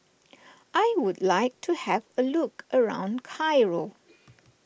I would like to have a look around Cairo